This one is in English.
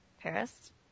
Paris